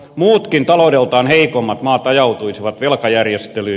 muutkin taloudeltaan heikommat maat ajautuisivat velkajärjestelyyn